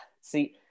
see